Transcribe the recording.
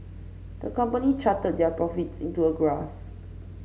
the company charted their profits into a graph